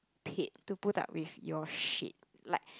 paid to put up with your shit like